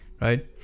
right